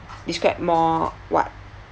describe more what